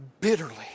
bitterly